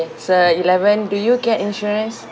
so eleven do you get insurance